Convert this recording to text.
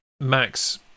Max